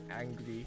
angry